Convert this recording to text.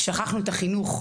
שכחנו את החינוך.